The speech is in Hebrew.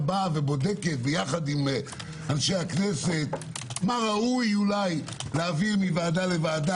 ובודקת יחד עם אנשי הכנסת מה ראוי אולי להעביר מוועדה לוועדה,